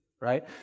Right